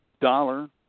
dollar